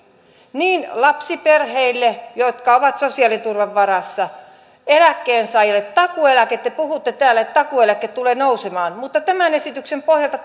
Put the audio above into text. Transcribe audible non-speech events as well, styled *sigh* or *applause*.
niin lapsiperheille jotka ovat sosiaaliturvan varassa kuin eläkkeensaajille te puhutte täällä että takuueläke tulee nousemaan mutta tämän esityksen pohjalta *unintelligible*